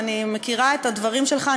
ואני מכירה את הדברים שלך,